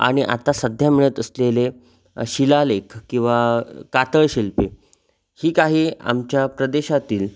आणि आता सध्या मिळत असलेले शिलालेख किंवा कातळशिल्पे ही काही आमच्या प्रदेशातील